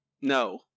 No